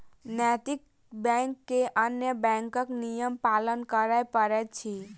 नैतिक बैंक के अन्य बैंकक नियम पालन करय पड़ैत अछि